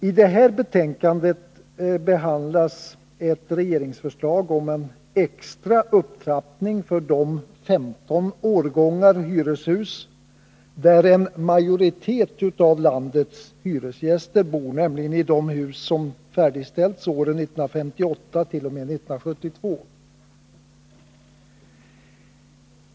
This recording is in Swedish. I civilutskottets betänkande nr 30 behandlas ett regeringsförslag om en extra upptrappning av de garanterade räntorna för de 15 årgångar av hyreshus som bebos av en majoritet av landets hyresgäster, nämligen de hus som färdigställts åren 1958-1972.